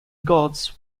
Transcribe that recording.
gods